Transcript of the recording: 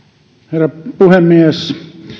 herra puhemies